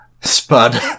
Spud